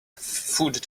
food